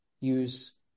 use